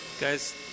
Guys